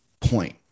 point